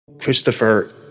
Christopher